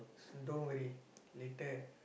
s~ don't worry later